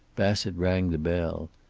bassett rang the bell.